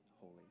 holy